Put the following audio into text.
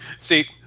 See